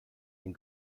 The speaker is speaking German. den